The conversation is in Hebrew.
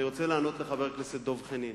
אני רוצה לענות לחבר הכנסת דב חנין.